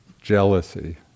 jealousy